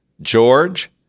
George